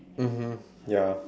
mmhmm ya